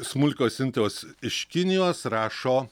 smulkios siuntos iš kinijos rašo